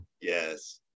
yes